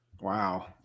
wow